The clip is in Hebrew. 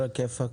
על הכיפאק.